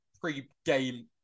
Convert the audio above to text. pre-game